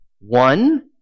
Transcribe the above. One